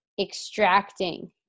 extracting